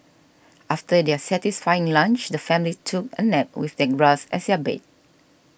after their satisfying lunch the family took a nap with same grass as their bed